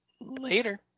Later